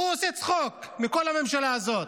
הוא עושה צחוק מכל הממשלה הזאת.